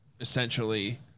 essentially